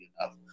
enough